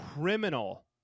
criminal